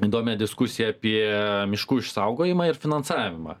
įdomią diskusiją apie miškų išsaugojimą ir finansavimą